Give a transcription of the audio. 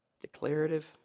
Declarative